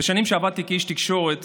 בשנים שעבדתי כאיש תקשורת